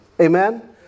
Amen